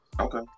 Okay